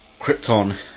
Krypton